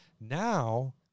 now